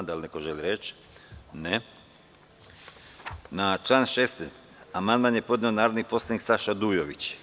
Da li neko želi reč? (Ne.) Na član 16. amandman je podneo narodni poslanik Saša Dujović.